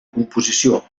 composició